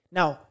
Now